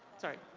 sorry.